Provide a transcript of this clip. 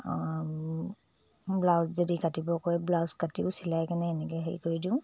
blouse যদি কাটিব কয় ব্লাউজ কাটিও চিলাই কেনে এনেকৈ হেৰি কৰি দিওঁ